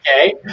Okay